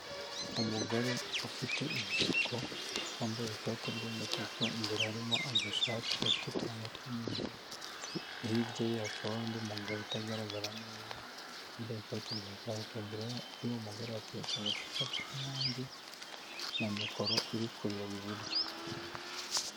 Umugore ufite ibisuko wambaye ikoti ry'umutuku imbere harimo agashati gafite uturango tw'umweru, hirya ye hakaba n'ndi mugabo utagaragara neza wambaye ikoti rya karokaro imbere yuwo mugore hateretse agacupa k'inyange na mikoro iri kureba iburyo.